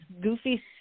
goofy